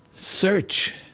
search,